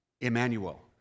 Emmanuel